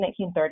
1930